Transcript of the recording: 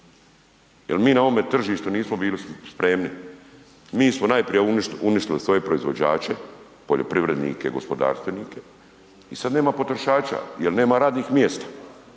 jel mi na ovom tržištu nismo bili spremni. Mi smo najprije uništili svoje proizvođače, poljoprivrednike, gospodarstvenike i sada nema potrošača jel nema radnih mjesta.